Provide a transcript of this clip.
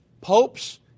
Popes